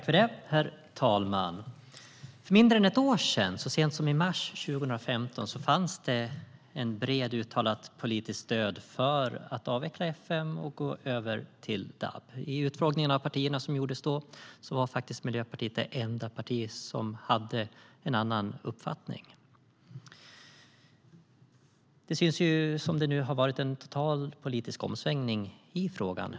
Herr talman! För mindre än ett år sedan, så sent som i mars 2015, fanns det ett brett uttalat politiskt stöd för att avveckla fm och gå över till DAB. I utfrågningen av partierna som gjordes då var Miljöpartiet det enda parti som hade en annan uppfattning. Det ser nu ut som att det har varit en total politisk omsvängning i frågan.